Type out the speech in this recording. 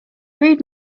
read